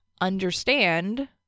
understand